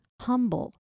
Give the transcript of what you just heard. humble